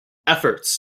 efforts